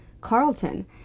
Carlton